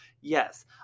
Yes